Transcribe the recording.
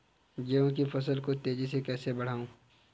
गेहूँ की फसल को तेजी से कैसे बढ़ाऊँ?